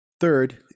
Third